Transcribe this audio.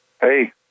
Hey